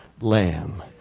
Lamb